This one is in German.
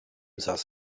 saß